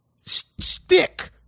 stick